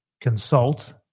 consult